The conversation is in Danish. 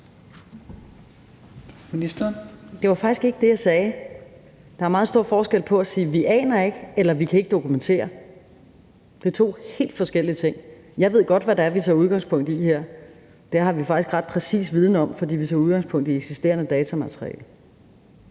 Det var faktisk ikke det, jeg sagde. Der er meget stor forskel på at sige »vi aner ikke«, og »vi kan ikke dokumentere«. Det er to helt forskellige ting. Jeg ved godt, hvad det er, vi tager udgangspunkt i her. Det har vi faktisk ret præcis viden om, for vi tager udgangspunkt i eksisterende datamateriale.